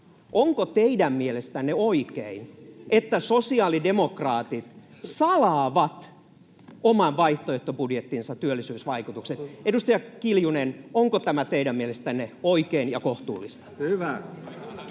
onko teidän mielestänne oikein, että sosiaalidemokraatit salaavat oman vaihtoehtobudjettinsa työllisyysvaikutukset? Edustaja Kiljunen, onko tämä teidän mielestänne oikein ja kohtuullista? [Ben